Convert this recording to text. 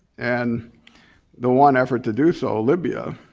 and the one effort to do so, libya,